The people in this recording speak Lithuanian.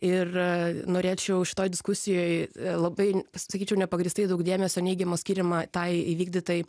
ir norėčiau šitoj diskusijoj labai sakyčiau nepagrįstai daug dėmesio neigiamo skiriama tai įvykdytai